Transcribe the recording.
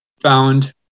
found